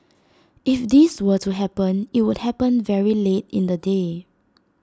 if this were to happen IT would happen very late in the day